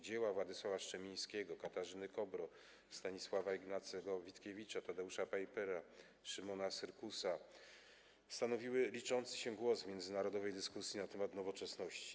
Dzieła Władysława Strzemińskiego, Katarzyny Kobro, Stanisława Ignacego Witkiewicza, Tadeusza Peipera czy Szymona Syrkusa stanowiły liczący się głos w międzynarodowej dyskusji na temat nowoczesności.